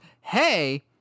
Hey